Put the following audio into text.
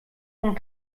und